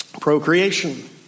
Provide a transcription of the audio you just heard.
Procreation